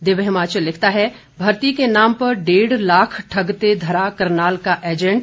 दिव्य हिमाचल लिखता है भर्ती के नाम पर डेढ़ लाख ठगते धरा करनाल का एजेंट